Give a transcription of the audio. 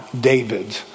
David